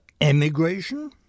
emigration